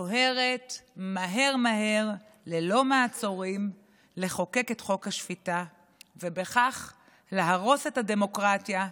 דוהרת מהר מהר ללא מעצורים לחוקק את חוק השפיטה ובכך להרוס את הדמוקרטיה,